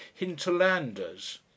hinterlanders